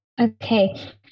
Okay